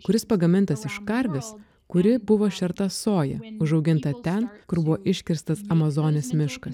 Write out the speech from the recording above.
kuris pagamintas iš karvės kuri buvo šerta soja užauginta ten kur buvo iškirstas amazonės miškas